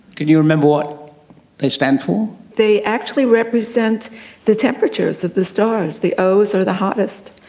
can you remember what they stand for? they actually represent the temperatures of the stars. the os are the hottest.